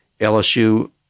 LSU